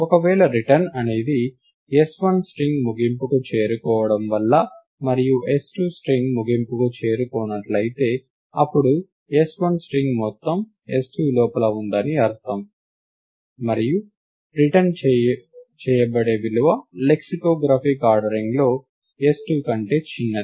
ఒకవేళ రిటర్న్ అనేది s1 string ముగింపుకు చేరుకోవడం వల్ల మరియు s2 స్ట్రిం ముగింపుకి చేరుకోనట్లయితే ఆపై s1 స్ట్రింగ్ మొత్తం s2 లోపల ఉందని అర్థం మరియు రిటర్న్ చేయబడే విలువ లెక్సికోగ్రాఫిక్ ఆర్డరింగ్లో s2 కంటే చిన్నది